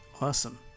awesome